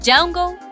Jungle